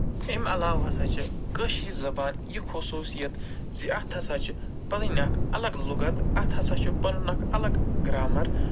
اَمہِ علاوٕ ہسا چھِ کٲشرِ زَبانہِ یہِ خٔصوٗصیت زِ اَتھ ہسا چھِ پَنٕنۍ اکھ اَلگ لُغت اَتھ ہسا چھِ پَنُن اکھ اَلگ گرٛامَر